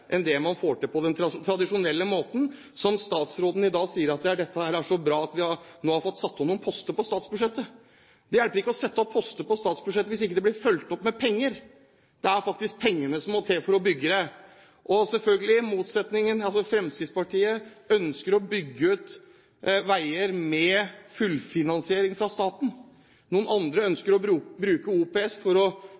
enn det man får til på den tradisjonelle måten. Statsråden sier i dag: Dette er så bra at vi nå har fått satt opp noen poster på statsbudsjettet. Det hjelper ikke å sette opp poster på statsbudsjettet hvis det ikke blir fulgt opp med penger. Det er faktisk penger som må til for å bygge dette. Fremskrittspartiet ønsker å bygge ut veier med fullfinansiering fra staten. Noen andre